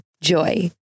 Joy